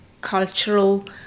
cultural